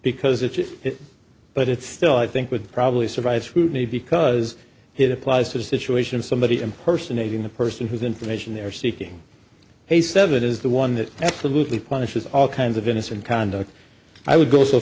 because it's but it's still i think would probably survive scrutiny because it applies to the situation of somebody impersonating the person whose information they're seeking his seventh is the one that loosely punishes all kinds of innocent conduct i would go so